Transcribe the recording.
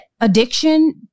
addiction